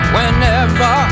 Whenever